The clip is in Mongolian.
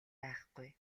айхгүй